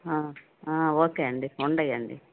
okay అండి ఉన్నాయండి